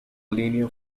linear